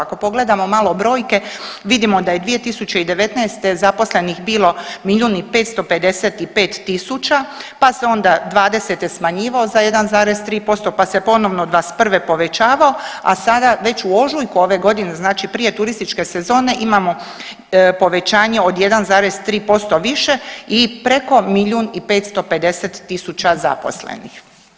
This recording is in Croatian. Ako pogledamo malo brojke vidimo da je 2019. zaposlenih bilo milijun i 555 tisuća, pa se onda 20. smanjivao za 1,3%, pa se ponovno 21. povećavao, a sada već u ožujku ove godine znači prije turističke sezone imamo povećanje od 1,3% više i preko milijun i 550 tisuća zaposlenih.